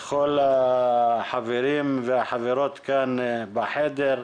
לכל החברים והחברות כאן בחדר,